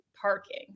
parking